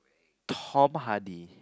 Tom Hardy